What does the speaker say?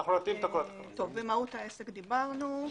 על מהות העסק דיברנו.